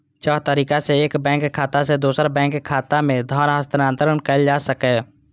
छह तरीका सं एक बैंक खाता सं दोसर बैंक खाता मे धन हस्तांतरण कैल जा सकैए